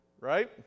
right